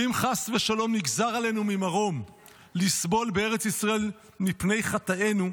ואם חס ושלום נגזר עלינו ממרום לסבול בארץ ישראל מפני חטאינו,